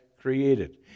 created